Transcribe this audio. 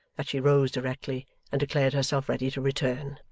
that she rose directly and declared herself ready to return.